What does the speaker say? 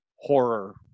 horror